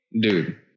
dude